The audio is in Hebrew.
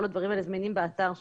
כל הדברים האלה זמינים באתר שלנו,